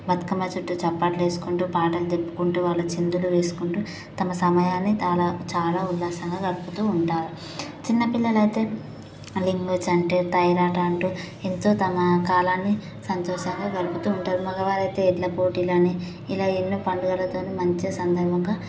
బతుకమ్మ చుట్టూ చప్పట్లు వేసుకుంటూ పాటలు చెప్పుకుంటూ వాళ్ళు చిందులు వేసుకుంటూ తమ సమయాన్ని తాలా చాలా ఉల్లాసంగా గడుపుతూ ఉంటారు చిన్నపిల్లలు అయితే లింగో చంటి టైరు ఆట అంటూ ఎంతో తమ కాలాన్ని సంతోషంగా గడుపుతూ ఉంటారు మగవారైతే ఎడ్ల పోటీలు అని ఇలా ఎన్నో పండుగలతోని మంచిగా సందర్భముగా